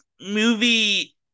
movie